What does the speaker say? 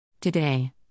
Today